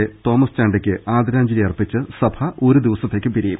A Thomas ചാണ്ടിക്ക് ആദരാഞ്ജലി അർപ്പിച്ച് സഭ ഒരു ദിവസ ത്തേക്ക് പിരിയും